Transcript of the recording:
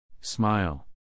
Smile